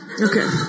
Okay